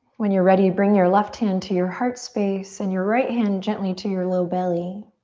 when you're ready, bring your left hand to your heart space and your right hand gently to your low belly.